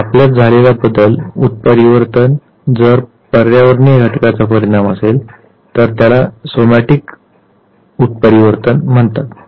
जर आपल्यात झालेला बदल उत्परिवर्तन जर पर्यावरणीय घटकाचा परिणाम असेल तर त्याला सोमॅटिक उत्परिवर्तन म्हणतात